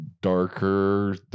darker